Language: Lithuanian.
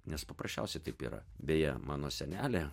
nes paprasčiausiai taip yra beje mano senelė